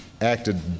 acted